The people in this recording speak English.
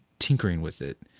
tinkering with it.